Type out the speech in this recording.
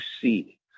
see